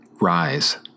Rise